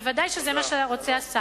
ודאי זה מה שהשר רוצה.